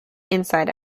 inside